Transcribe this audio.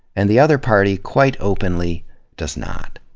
and the other party quite openly does not.